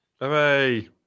Hooray